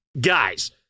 Guys